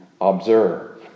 observe